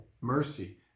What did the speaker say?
mercy